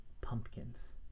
pumpkins